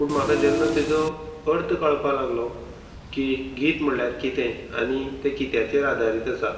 पूण म्हाका जेन्ना तेजो अर्थ कळपा लागलो की गीत म्हणल्यार कितें आनी तें कित्याचेर आदारीत आसा